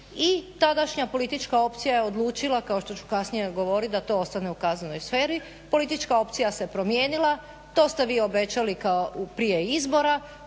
I tadašnja politička opcija je odlučila kao što ću kasnije govorit da to ostane u kaznenoj sferi. Politička opcija se promijenila. To ste vi obećali kao prije izbora.